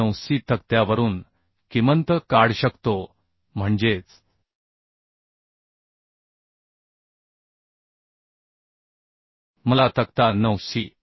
मी 9c तक्त्यावरून किमंत काड शकतो म्हणजेच मला तक्ता 9 C